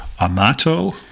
Amato